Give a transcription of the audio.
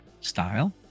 style